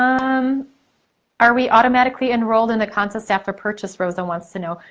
um are we automatically enrolled in the contest after purchase, rosa wants to know.